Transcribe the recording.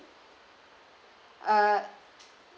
uh